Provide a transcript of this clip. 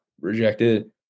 rejected